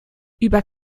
über